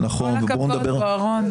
כל הכבוד, בוארון.